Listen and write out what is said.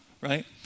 right